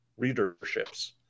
readerships